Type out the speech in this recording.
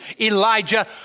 Elijah